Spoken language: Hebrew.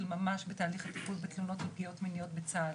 ממש בתהליך הטיפול בתלונות על פגיעות מיניות בצה"ל.